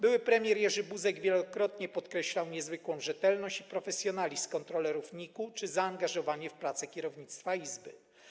Były premier Jerzy Buzek wielokrotnie podkreślał niezwykłą rzetelność i profesjonalizm kontrolerów NIK-u czy zaangażowanie w pracę kierownictwa izby.